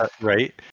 Right